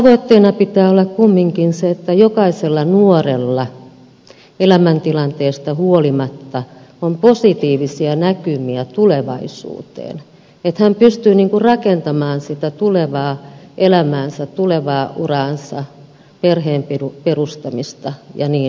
tavoitteena pitää olla kumminkin se että jokaisella nuorella elämäntilanteesta huolimatta on positiivisia näkymiä tulevaisuuteen että hän pystyy rakentamaan sitä tulevaa elämäänsä tulevaa uraansa perheen perustamista ja niin edelleen